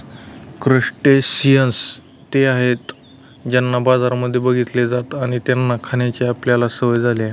crustaceans ते आहेत ज्यांना बाजारांमध्ये बघितलं जात आणि त्यांना खाण्याची आपल्याला सवय झाली आहे